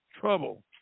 trouble